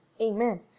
Amen